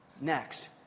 Next